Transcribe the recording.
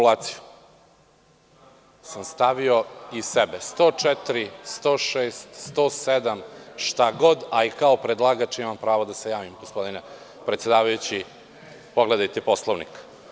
Član 104, 106, 107, šta god, a i kao predlagač imam pravo da se javim, gospodine predsedavajući, pogledajte Poslovnik.